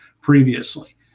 previously